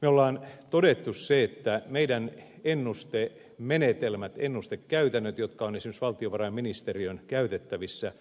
me olemme todenneet sen että meidän ennustemenetelmämme ennustekäytäntömme jotka ovat esimerkiksi valtiovarainministeriön käytettävissä